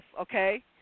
okay